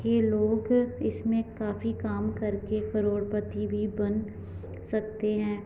के लोग इसमें काफी काम करके करोड़पति भी बन सकते हैं